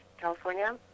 California